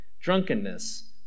drunkenness